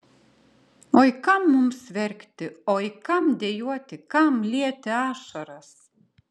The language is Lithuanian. oi kam mums verkti oi kam dejuoti kam lieti ašaras